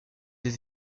des